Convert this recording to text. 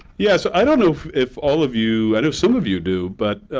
yes. i don't know if if all of you i know some of you do, but